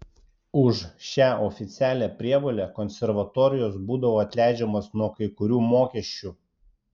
už šią oficialią prievolę konservatorijos būdavo atleidžiamos nuo kai kurių mokesčių